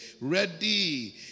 ready